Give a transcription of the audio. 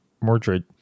Mordred